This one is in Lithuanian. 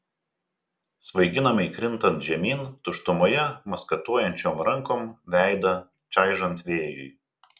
svaiginamai krintant žemyn tuštumoje maskatuojančiom rankom veidą čaižant vėjui